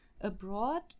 abroad